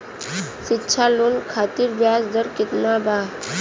शिक्षा लोन खातिर ब्याज दर केतना बा?